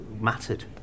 mattered